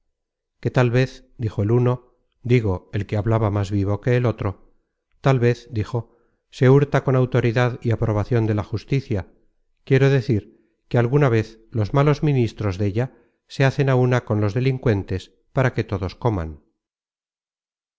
que tal vez dijo el uno digo el que hablaba más que el otro tal vez dijo se hurta con autoridad y aprobacion de la justicia quiero decir que alguna vez los malos ministros della se hacen á una con los delincuentes para que todos coman